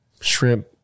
shrimp